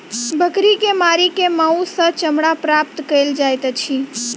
बकरी के मारि क मौस आ चमड़ा प्राप्त कयल जाइत छै